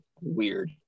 weird